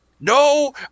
No